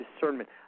discernment